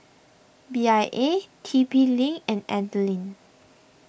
Bia T P Link and Anlene